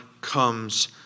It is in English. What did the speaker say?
comes